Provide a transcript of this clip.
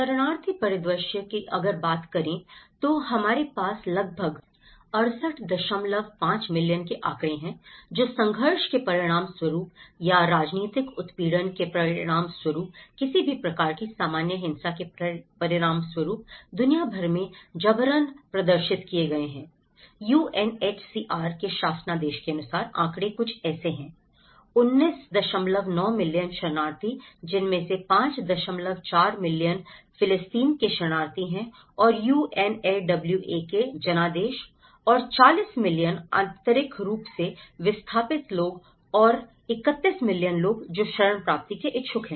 शरणार्थी परिदृश्य की अगर बात करें तो हमारे पास लगभग 685 मिलियन के आंकड़े हैं जो संघर्ष के परिणामस्वरूप या राजनीतिक उत्पीड़न के परिणामस्वरूप या किसी भी प्रकार की सामान्य हिंसा के परिणामस्वरूप दुनिया भर में जबरन प्रदर्शित किए गए हैं यूएनएचसीआर के शासनादेश के अनुसार आंकड़े कुछ ऐसे हैं 199 मिलियन शरणार्थी जिनमें से 54 मिलियन फिलिस्तीन के शरणार्थी है और यूएनआरडब्लूए के जनादेश और 40 मिलियन आंतरिक रूप से विस्थापित लोग और 31 मिलियन लोग जो शरण प्राप्ति के इच्छुक हैं